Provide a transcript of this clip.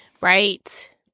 Right